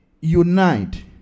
unite